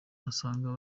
asanga